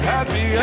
Happy